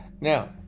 Now